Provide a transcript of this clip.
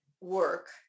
work